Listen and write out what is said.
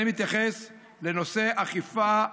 אני מתייחס לנושא האכיפה,